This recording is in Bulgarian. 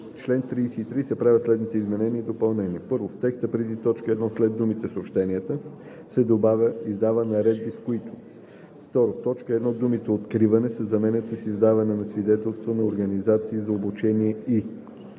чл. 33 се правят следните изменения и допълнения: 1. В текста преди т. 1 след думата „съобщенията“ се добавя „издава наредби, с които“. 2. В т. 1 думата „откриване“ се заменя с „издаване на свидетелства на организации за обучение и“.